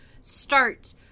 start